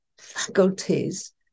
faculties